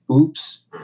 oops